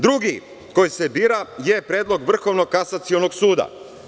Drugi koji se bira je predlog Vrhovnog kasacionog suda.